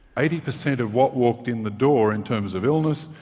eighty percent of what walked in the door, in terms of illness,